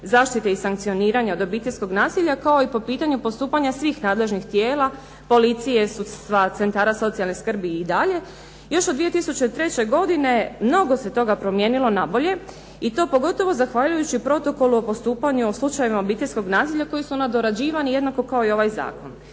zaštite i sankcioniranja od obiteljskog nasilja kao i po pitanju postupanja svih nadležnih tijela, sudstva, centara socijalne skrbi i dalje. Još od 2003. godine mnogo se toga promijenilo na bolje i to pogotovo zahvaljujući protokolu o postupanju u slučajevima obiteljskog nasilja koji su onda dorađivani jednako kao i ovaj zakon.